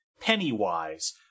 Pennywise